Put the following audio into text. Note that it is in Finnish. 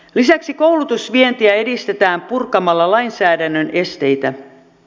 lisäksi koulutusvientiä edistetään purkamalla lainsäädännön esteitä